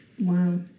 Wow